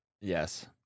Yes